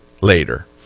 later